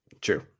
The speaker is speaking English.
True